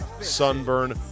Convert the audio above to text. sunburn